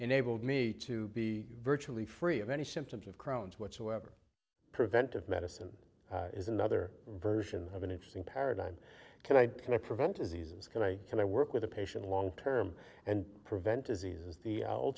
enabled me to be virtually free of any symptoms of crone's whatsoever preventive medicine is another version of an interesting paradigm can i can i prevent diseases can i can i work with a patient long term and prevent diseases the old